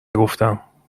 گفتم